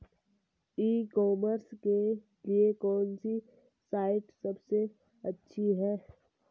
ई commerce के लिए कौनसी साइट सबसे अच्छी है?